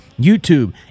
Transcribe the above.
YouTube